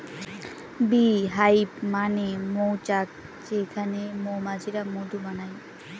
bee hive মানে মৌচাক যেখানে মৌমাছিরা মধু বানায়